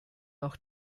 auch